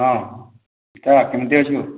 ହଁ ଟିକା କେମିତି ଅଛୁ